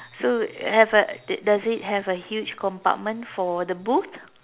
so have a d~ does it have a huge compartment for the booth